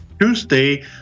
Tuesday